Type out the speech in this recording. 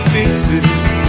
Fixes